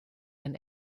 den